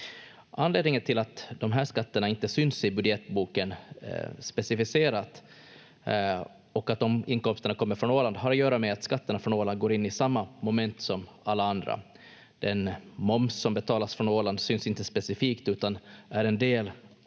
Anledningen till att de här skatterna inte syns i budgetboken specificerat och att de inkomsterna kommer från Åland har att göra med att skatterna från Åland går in i samma moment som alla andra. Den moms som betalats från Åland syns inte specifikt utan är en del